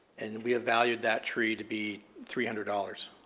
and we have valued that tree to be three hundred dollars.